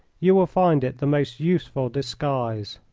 you will find it the most useful disguise.